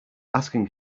asking